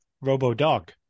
Robo-Dog